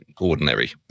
ordinary